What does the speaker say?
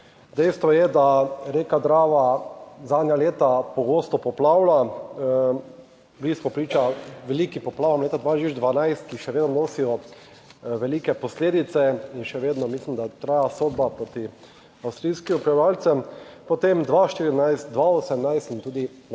Dejstvo je, da reka Drava zadnja leta pogosto poplavlja. Bili smo priča velikim poplavam leta 2012, ki še vedno nosijo velike posledice in še vedno mislim, da traja sodba proti avstrijskim upravljavcem, potem 2014, 2018 in tudi lansko